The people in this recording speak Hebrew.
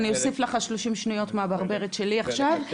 אני אוסיף לך 30 שניות מהברברת שלי עכשיו.